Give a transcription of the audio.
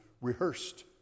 rehearsed